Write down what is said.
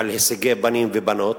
על הישגי בנים ובנות.